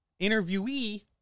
interviewee